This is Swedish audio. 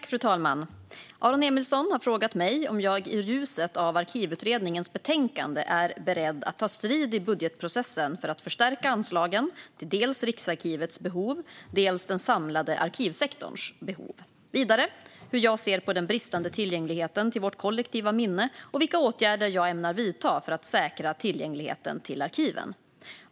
Fru talman! Aron Emilsson har frågat mig om jag i ljuset av Arkivutredningens betänkande är beredd att ta strid i budgetprocessen för att förstärka anslagen till dels Riksarkivets behov, dels den samlade arkivsektorns behov. Han har vidare frågat hur jag ser på den bristande tillgängligheten till vårt kollektiva minne och vilka åtgärder jag ämnar vidta för att säkra tillgängligheten till arkiven.